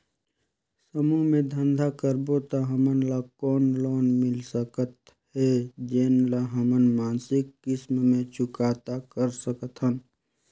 समूह मे धंधा करबो त हमन ल कौन लोन मिल सकत हे, जेन ल हमन मासिक किस्त मे चुकता कर सकथन?